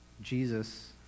Jesus